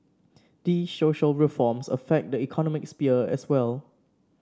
these social reforms affect the economic sphere as well